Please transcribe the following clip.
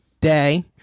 day